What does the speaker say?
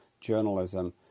journalism